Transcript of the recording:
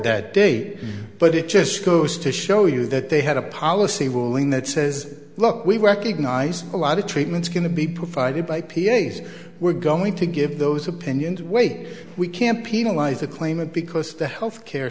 that day but it just goes to show you that they had a policy will when that says look we recognize a lot of treatments going to be provided by p a's we're going to give those opinions wait we can't penalize the claimant because the health care